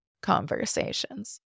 conversations